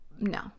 No